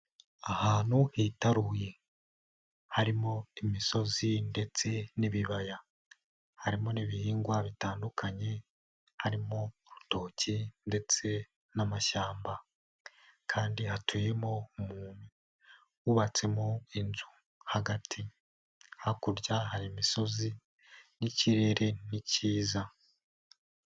Ahantu hitaruye harimo imisozi ndetse n'ibibaya, harimo n'ibihingwa bitandukanye harimo urutoki ndetse n'amashyamba kandi hatuyemo umuntu wubatsemo inzu hagati, hakurya hari imisozi n'ikirere ni cyiza.